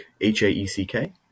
H-A-E-C-K